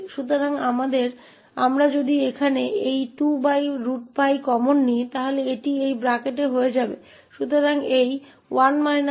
इसलिए यदि हम इसे यहाँ 2√𝜋 सामान्य लेते हैं तो यह यह हो जाएगा इसलिए कोष्ठक